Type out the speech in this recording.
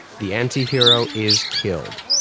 the anti-hero is killed,